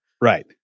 Right